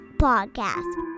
podcast